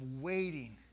waiting